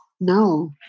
no